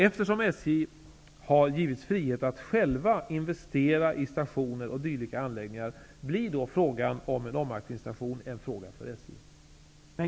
Eftersom SJ har givits frihet att självt investera i stationer och dylika anläggningar, blir frågan om en omaxlingsstation en fråga för SJ.